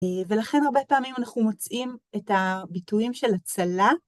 א..ולכן הרבה פעמים אנחנו מוצאים את הביטויים של הצלה.